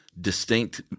distinct